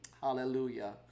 Hallelujah